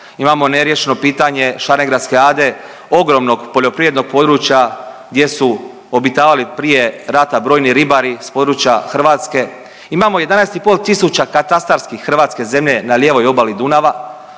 Imamo neriješeno pitanje Šarengradske ade ogromnog poljoprivrednog područja gdje su obitavali prije rata brojni ribari s područja Hrvatske. Imamo 11,5 tisuća katastarski hrvatske zemlje na lijevoj obali Dunava